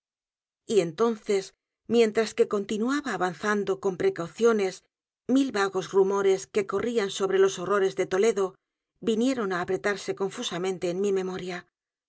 y entonces mientras que continuaba avanzando con precauciones mil vagos rumores que corrían sobre los horrores de toledo vinieron á apretarse confusamente en mi memoria